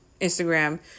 Instagram